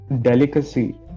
delicacy